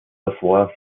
davor